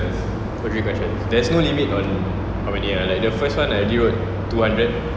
for three questions there's no limit on how many ah like the first one I only wrote two hundred